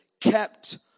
kept